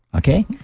okay?